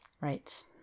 Right